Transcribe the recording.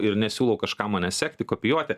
ir nesiūlau kažkam mane sekti kopijuoti